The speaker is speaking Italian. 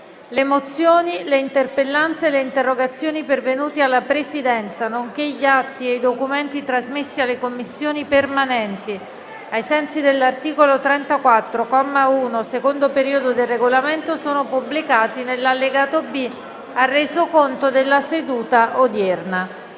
Le mozioni, le interpellanze e le interrogazioni pervenute alla Presidenza, nonché gli atti e i documenti trasmessi alle Commissioni permanenti ai sensi dell'articolo 34, comma 1, secondo periodo, del Regolamento sono pubblicati nell'allegato B al Resoconto della seduta odierna.